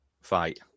fight